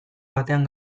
batean